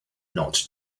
not